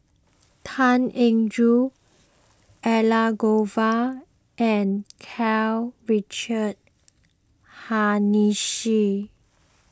Tan Eng Joo Elangovan and Karl Richard Hanitsch